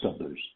others